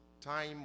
time